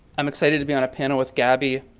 i'm excited to be on a panel with gabby,